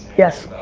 yes.